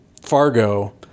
Fargo